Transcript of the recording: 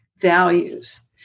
values